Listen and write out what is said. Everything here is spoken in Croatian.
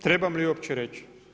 Trebam li uopće reći?